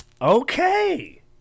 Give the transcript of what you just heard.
Okay